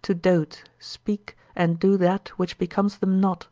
to dote, speak, and do that which becomes them not,